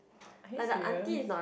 are you serious